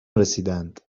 رسیدند